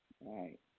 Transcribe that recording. Right